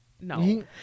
No